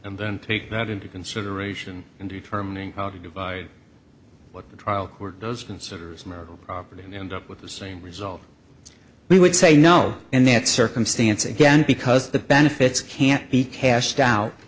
and then take that into consideration in determining how to divide what the trial court does considers marital property and end up with the same result we would say no and that circumstance again because the benefits can't be cashed out